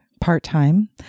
part-time